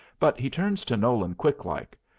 but he turns to nolan quick-like.